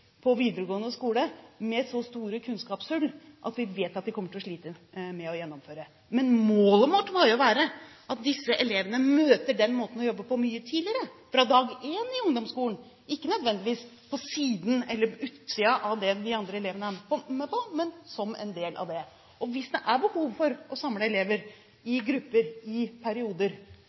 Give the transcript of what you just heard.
på videregående skole med så store kunnskapshull at vi vet at de kommer til å slite med å gjennomføre. Målet vårt må jo være at disse elevene møter den måten å jobbe på mye tidligere – fra dag én i ungdomsskolen, og ikke nødvendigvis på utsiden av det som de andre elevene er med på, men som en del av det. Hvis det er behov for å samle elever i grupper i perioder,